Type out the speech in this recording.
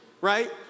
right